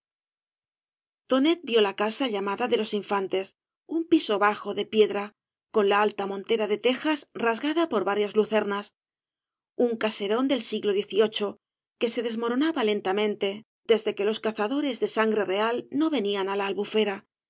tonet vio la casa llamada de los lofantes un piso bajo de piedra con alta montera de tejas rasgada por varias lucernas un caserón del siglo xviii que se desmoronaba lentamente desde que los cazadores de sangre real no venían á la albufera